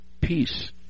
peace